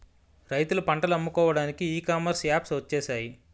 రైతులు పంటలు అమ్ముకోవడానికి ఈ కామర్స్ యాప్స్ వచ్చేసాయి